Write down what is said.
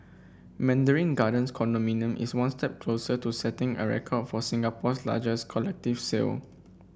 mandarin Gardens condominium is one step closer to setting a record for Singapore's largest collective sale